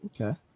okay